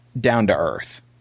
down-to-earth